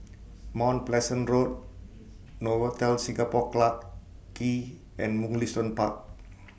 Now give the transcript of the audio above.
Mount Pleasant Road Novotel Singapore Clarke Quay and Mugliston Park